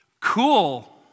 Cool